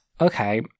Okay